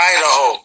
Idaho